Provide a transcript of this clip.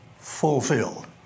fulfilled